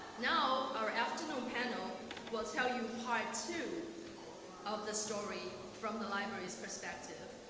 now our afternoon panel will tell you part two of the story from the library's perspective.